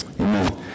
Amen